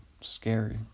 scary